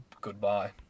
Goodbye